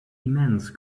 immense